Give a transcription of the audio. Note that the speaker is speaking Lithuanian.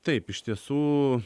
taip iš tiesų